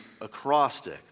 acrostic